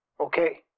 okay